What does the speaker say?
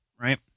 right